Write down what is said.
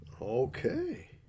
Okay